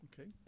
Okay